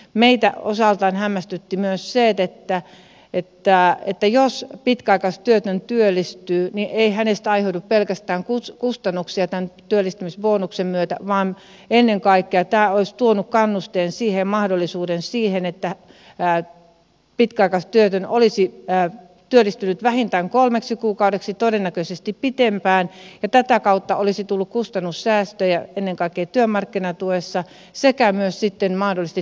meitä osaltaan hämmästytti myös se että jos pitkäaikaistyötön työllistyy niin ei hänestä aiheudu pelkästään kustannuksia tämän työllistymisbonuksen myötä vaan ennen kaikkea tämä olisi tuonut kannusteen ja mahdollisuuden siihen että pitkäaikaistyötön olisi työllistynyt vähintään kolmeksi kuukaudeksi todennäköisesti pitempään ja tätä kautta olisi tullut kustannussäästöjä ennen kaikkea työmarkkinatuessa sekä sitten mahdollisesti myös toimeentulotuessa